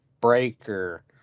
breaker